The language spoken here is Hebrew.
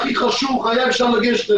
הכי חשוך והיה אפשר לגשת אליו.